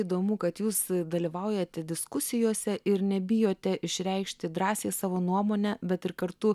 įdomu kad jūs dalyvaujate diskusijose ir nebijote išreikšti drąsiai savo nuomonę bet ir kartu